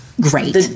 great